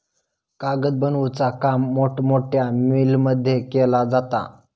कागद बनवुचा काम मोठमोठ्या मिलमध्ये केला जाता